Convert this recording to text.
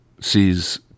sees